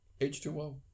H2O